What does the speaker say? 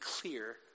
clear